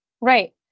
Right